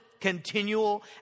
continual